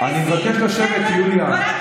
אני מבקש לשבת, יוליה.